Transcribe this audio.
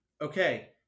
okay